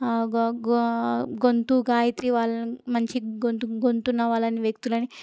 గొంతు గాయత్రి వాళ్ళను మంచి గొంతు గొంతున్న వాళ్ళని వ్యక్తులని